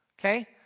okay